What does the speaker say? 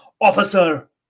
Officer